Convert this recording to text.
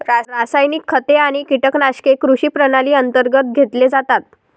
रासायनिक खते आणि कीटकनाशके कृषी प्रणाली अंतर्गत घेतले जातात